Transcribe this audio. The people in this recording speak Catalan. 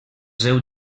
seu